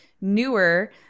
newer